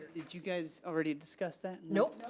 did you guys already discuss that? nope.